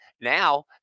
Now